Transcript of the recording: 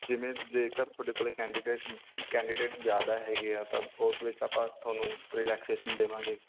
ਜਿਵੇਂ ਜੇਕਰ ਤੁਹਾਡੇ ਕੋਲ ਕੈਂਡੀਡੇਟ ਕੈਂਡੀਡੇਟ ਜ਼ਿਆਦਾ ਹੈਗੇ ਆ ਤਾਂ ਉਸ ਵਿੱਚ ਆਪਾਂ ਤੁਹਾਨੂੰ ਰਿਲੈਕਸੇਸ਼ਨ ਦੇਵਾਂਗੇ